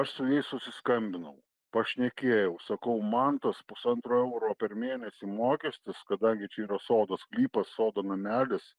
aš su jais susiskambinau pašnekėjau sakau man tas pusantro euro per mėnesį mokestis kadangi čia yra sodo sklypas sodo namelis